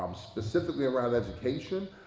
um specifically around education,